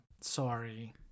sorry